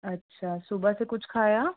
अच्छा सुबह से कुछ खाया